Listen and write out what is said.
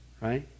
Right